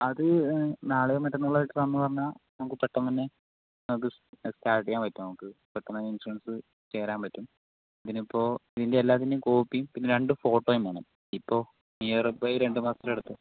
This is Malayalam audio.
അത് നാളെയോ മറ്റന്നാളോ ആയിട്ടുതന്ന നമ്മുക്ക് പെട്ടെന്നുതന്നെ നമുക്ക് സ്റ്റാർട്ട് ചെയ്യാൻ പറ്റും നമുക്ക് പെട്ടെന്നുതന്നെ ഇൻഷുറൻസ് ചേരാൻ പറ്റും പിന്നെയിപ്പോ ഇതിൻ്റെയെല്ലാത്തിന്റേം കോപ്പിയും പിന്നെ രണ്ടു ഫോട്ടോയും വേണം ഇപ്പോൾ നിയർബൈ രണ്ടുമാസത്തിൽ എടുത്തേ